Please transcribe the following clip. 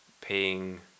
paying